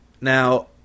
Now